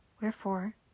Wherefore